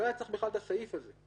לה היה צריך בכלל את הסעיף הזה.